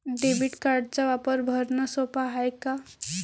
Debit कार्डचा वापर भरनं सोप हाय का?